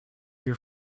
your